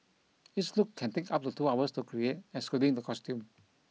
each look can take up to two hours to create excluding the costume